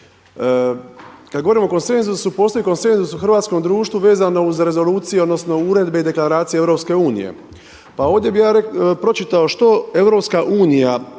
Kada govorimo o konsenzusu, postoji konsenzus u hrvatskom društvu vezano uz rezolucije, odnosno uredbe i deklaracije EU, pa ovdje bi ja pročitao što EU